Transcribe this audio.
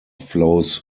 flows